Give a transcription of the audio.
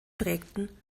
prägten